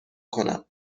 کنم